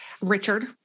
Richard